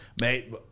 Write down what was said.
Mate